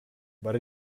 but